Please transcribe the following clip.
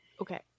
Okay